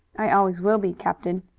i always will be, captain,